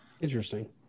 interesting